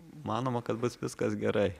manoma kad bus viskas gerai